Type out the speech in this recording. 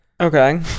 okay